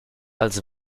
als